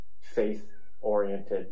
faith-oriented